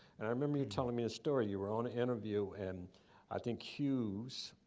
and i remember you telling me a story. you were on an interview, and i think hughes,